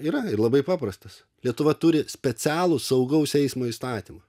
yra ir labai paprastas lietuva turi specialų saugaus eismo įstatymą